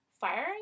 firing